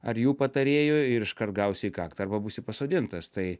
ar jų patarėjų ir iškart gausi į kaktą arba būsi pasodintas tai